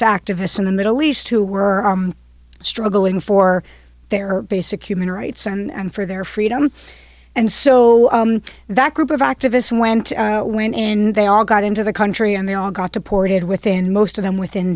the activists in the middle east who were struggling for their basic human rights and for their freedom and so that group of activists went when they all got into the country and they all got deported within most of them within